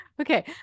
okay